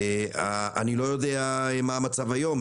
אני לא יודע מה המצב היום.